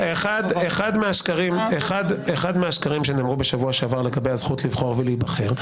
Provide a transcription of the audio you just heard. אחד מהשקרים שנאמרו בשבוע שעבר לגבי הזכות לבחור ולהיבחר.